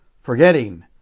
forgetting